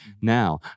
now